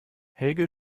helge